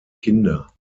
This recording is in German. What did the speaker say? kinder